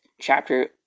chapter